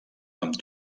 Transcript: amb